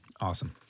Awesome